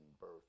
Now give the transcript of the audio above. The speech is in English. birth